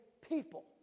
people